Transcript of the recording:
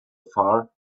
far